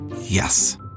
Yes